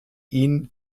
ihn